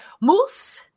moose